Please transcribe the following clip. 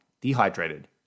dehydrated